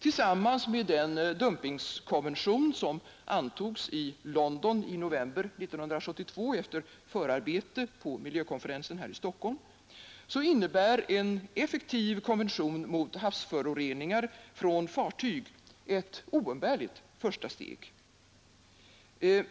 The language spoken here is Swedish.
Tillsammans med den dumpingkonvention som antogs i London i november 1972 efter förarbete på miljökonferensen här i Stockholm innebär en effektiv konvention mot havsföroreningar från fartyg ett oumbärligt första steg.